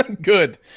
Good